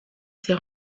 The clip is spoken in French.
ces